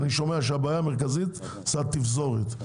אני שומע שהבעיה העיקרית זה התפזורת.